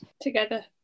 together